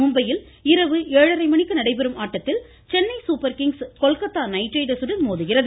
மும்பையில் இரவு ஏழரை மணிக்கு நடைபெறும் ஆட்டத்தில் Chennai super kings Kolkata knight riders உடன் மோதுகிறது